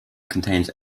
contains